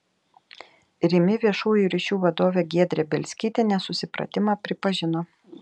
rimi viešųjų ryšių vadovė giedrė bielskytė nesusipratimą pripažino